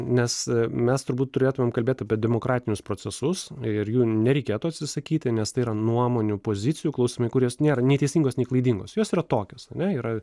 nes mes turbūt turėtumėm kalbėt apie demokratinius procesus ir jų nereikėtų atsisakyti nes tai yra nuomonių pozicijų klausimai kurios nėra nei teisingos nei klaidingos jos yra tokios ar ne yra